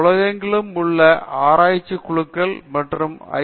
உலகெங்கிலும் உள்ள ஆராய்ச்சி குழுக்கள் மற்றும் ஐ